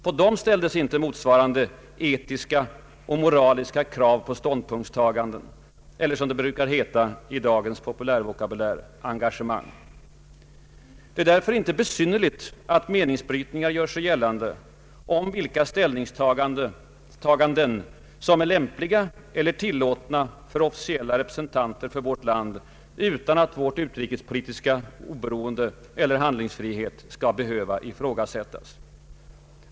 På dem ställdes inte motsvarande etiska och moraliska krav på ståndpunktstaganden eller — som det brukar heta i dagens populärvokabulär — engagemang. Det är därför inte besynnerligt att meningsbrytningar gör sig gällande om vilka ställningstaganden som är lämpliga eller tillåtna för officiella representanter för vårt land utan att vårt utrikespolitiska oberoende eller vår handlingsfrihet skall behöva ifrågasättas.